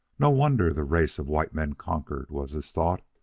no wonder the race of white men conquered, was his thought,